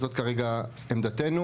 זאת כרגע עמדתנו.